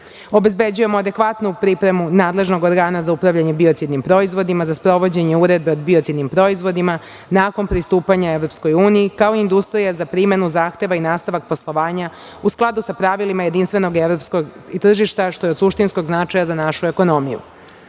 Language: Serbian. obezbeđujemo adekvatnu pripremu nadležnog organa za upravljanje biocidnim proizvodima za sprovođenje uredbe o biocidnim proizvodima nakon pristupanje EU, kao industrije za primenu zahteva i nastavak poslovanja u skladu sa pravilima jedinstvenog evropskog tržišta, što je od suštinskog značaja za našu ekonomiju. Pored